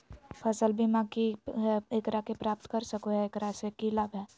फसल बीमा की है, एकरा के प्राप्त कर सको है, एकरा से की लाभ है?